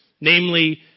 namely